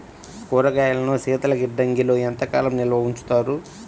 కూరగాయలను శీతలగిడ్డంగిలో ఎంత కాలం నిల్వ ఉంచుతారు?